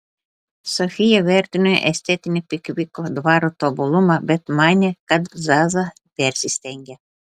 sofija vertino estetinį pikviko dvaro tobulumą bet manė kad zaza persistengia